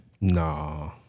Nah